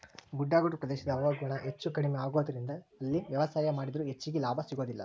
ಗುಡ್ಡಗಾಡು ಪ್ರದೇಶದ ಹವಾಗುಣ ಹೆಚ್ಚುಕಡಿಮಿ ಆಗೋದರಿಂದ ಅಲ್ಲಿ ವ್ಯವಸಾಯ ಮಾಡಿದ್ರು ಹೆಚ್ಚಗಿ ಲಾಭ ಸಿಗೋದಿಲ್ಲ